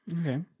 Okay